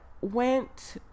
went